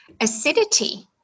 acidity